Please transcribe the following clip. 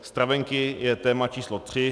Stravenky jsou téma číslo tři.